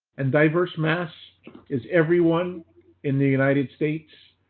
and diverse mass is everyone in the united states.